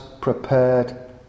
prepared